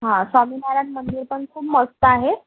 हां स्वामीनारायण मंदिर पण खूप मस्त आहे